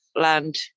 land